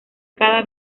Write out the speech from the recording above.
cada